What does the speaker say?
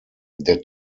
der